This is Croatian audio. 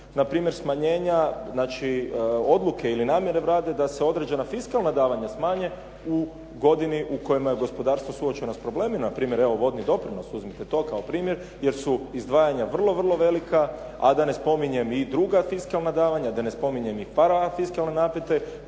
znači odluke ili namjere Vlade da se određena fiskalna davanja smanje u godini u kojoj je gospodarstvo suočeno s problemima. Na primjer, evo vodni doprinos, uzmite to kao primjer jer su izdvajanja vrlo velika a da ne spominjem i druga fiskalna davanja, da ne spominjem i .../Govornik se